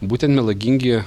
būtent melagingi